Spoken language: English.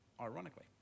ironically